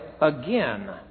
again